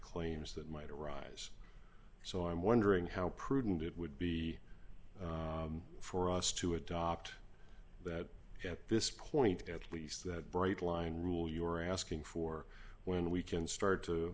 claims that might arise so i'm wondering how prudent it would be for us to adopt that at this point at least that bright line rule you're asking for when we can start to